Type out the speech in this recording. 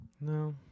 No